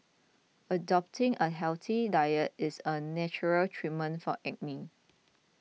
adopting a healthy diet is a natural treatment for acne